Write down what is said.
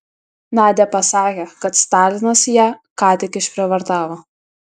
nadia pasakė kad stalinas ją ką tik išprievartavo